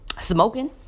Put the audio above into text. smoking